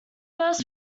first